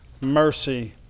mercy